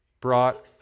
brought